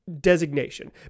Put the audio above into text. designation